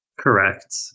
Correct